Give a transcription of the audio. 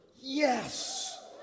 yes